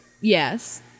Yes